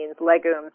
legumes